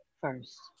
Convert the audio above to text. first